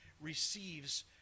receives